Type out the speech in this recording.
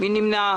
מי נמנע?